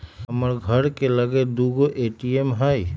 हमर घर के लगे दू गो ए.टी.एम हइ